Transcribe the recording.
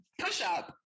push-up